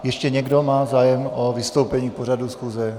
Ještě někdo má zájem o vystoupení k pořadu schůze?